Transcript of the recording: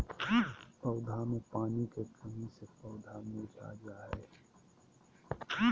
पौधा मे पानी के कमी से पौधा मुरझा जा हय